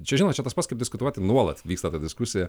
čia žinot čia tas pats kaip diskutuoti nuolat vyksta ta diskusija